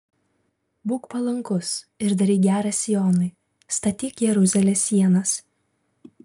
būk palankus ir daryk gera sionui statyk jeruzalės sienas